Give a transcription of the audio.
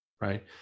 Right